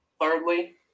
Thirdly